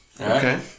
okay